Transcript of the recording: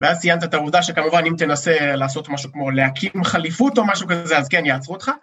ואז ציינת את העובדה שכמובן אם תנסה לעשות משהו כמו להקים חליפות או משהו כזה אז כן יעצרו אותך.